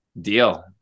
Deal